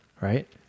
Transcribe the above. Right